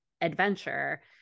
adventure